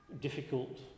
difficult